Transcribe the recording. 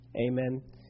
Amen